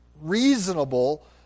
reasonable